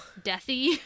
deathy